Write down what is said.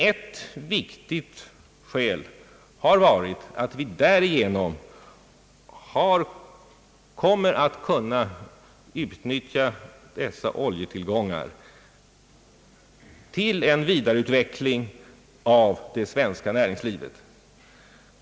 Ett viktigt skäl är att vi därigenom kommer att kunna utnyttja dessa oljetillgångar till en vidareutveckling av det svenska näringslivet.